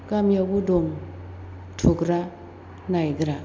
गामियावबो दं थुग्रा नायग्रा